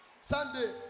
Sunday